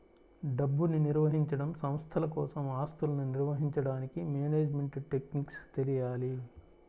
డబ్బుని నిర్వహించడం, సంస్థల కోసం ఆస్తులను నిర్వహించడానికి మేనేజ్మెంట్ టెక్నిక్స్ తెలియాలి